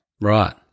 right